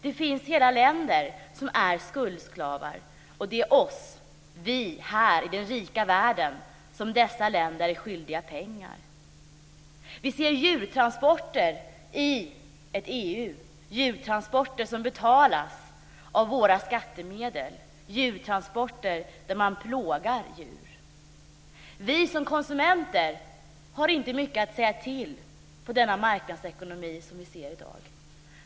Det finns också hela länder som är skuldslavar, och det är oss här i den rika världen som dessa länder är skyldiga pengar. Vi ser i EU djurtransporter som betalas av våra skattemedel och där man plågar djur. Vi som konsumenter har inte mycket att säga till om i den marknadsekonomi som vi ser i dag.